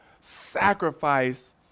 sacrifice